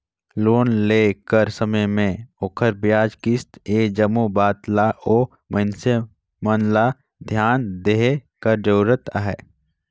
loan लेय कर समे में ओखर बियाज, किस्त ए जम्मो बात ल ओ मइनसे मन ल धियान देहे कर जरूरत अहे